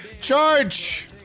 Charge